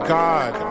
god